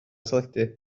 teledu